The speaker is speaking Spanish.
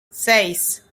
seis